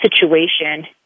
situation